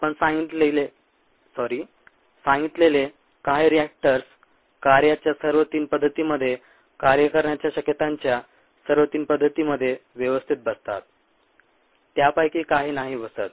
आपण सांगितलेले काही रिएक्टरर्स कार्याच्या सर्व 3 पद्धतीमध्ये कार्य करण्याच्या शक्यतांच्या सर्व 3 पद्धतीमध्ये व्यवस्थित बसतात त्यापैकी काही नाही बसत